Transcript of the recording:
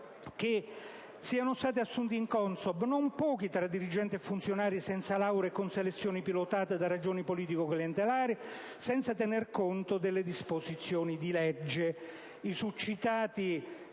che siano stati assunti in CONSOB non pochi tra dirigenti e funzionari senza laurea e con selezioni pilotate da ragioni politico‑clientelari, senza tener conto delle disposizioni di legge.